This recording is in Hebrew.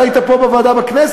אתה היית פה בוועדה בכנסת,